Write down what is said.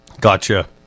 Gotcha